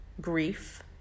grief